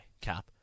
Cap